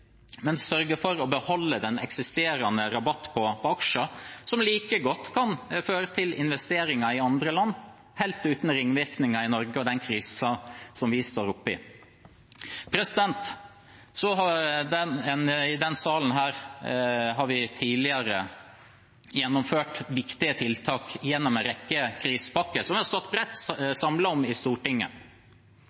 men sørger for å beholde den eksisterende rabatten på aksjer – som like godt kan føre til investeringer i andre land helt uten ringvirkninger i Norge og den krisen vi står oppe i. I denne sal har vi tidligere gjennomført viktige tiltak gjennom en rekke krisepakker, som vi har stått bredt samlet om i Stortinget.